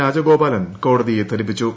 രാജഗോപാലൻ കോടതിയെ ധരിപ്പിച്ചു